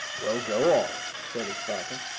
well, go on, said his father.